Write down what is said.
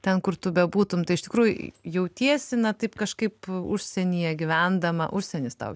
ten kur tu bebūtum tai iš tikrųjų jautiesi na taip kažkaip užsienyje gyvendama užsienis tau